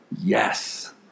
Yes